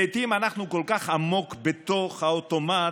לעיתים אנחנו כל כך עמוק בתוך האוטומט